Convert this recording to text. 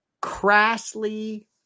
crassly